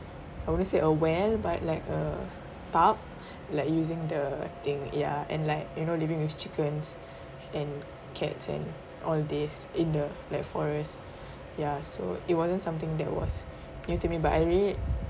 I wouldn't say a well but like a tub like using the thing ya and like you know living with chickens and cats and all these in the like forest ya so it wasn't something that was new to me but I really